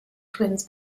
twins